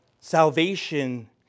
salvation